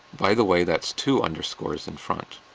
by the way, that's two underscores in front.